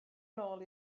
nôl